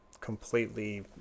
completely